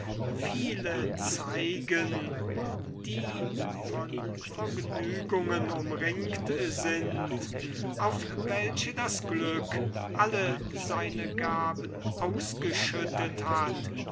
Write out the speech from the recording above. viele zeigen die von vergnügungen umringt sind auf welche das glück alle seine gaben ausgeschüttet hat